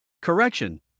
Correction